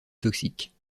toxique